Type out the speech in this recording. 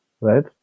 right